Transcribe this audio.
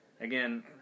Again